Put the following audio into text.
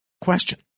question